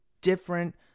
different